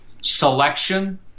Selection